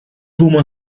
woman